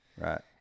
right